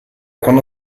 quando